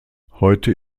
heute